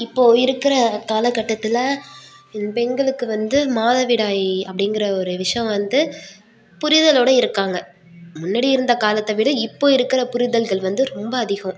இப்போது இருக்கிற காலக்கட்டத்தில் பெண்களுக்கு வந்து மாதவிடாய் அப்படிங்குற ஒரு விஷ்யம் வந்து புரிதலோடு இருக்காங்க முன்னாடி இருந்த காலத்தை விட இப்போ இருக்கிற புரிதல்கள் வந்து ரொம்ப அதிகம்